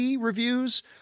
reviews